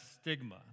stigma